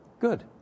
good